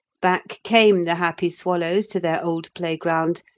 back came the happy swallows to their old playground,